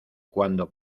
cuando